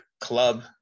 club